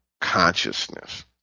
consciousness